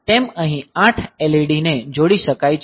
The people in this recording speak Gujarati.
તેમ અહી 8 LEDs ને જોડી શકાય છે